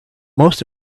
most